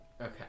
okay